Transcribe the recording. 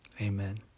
amen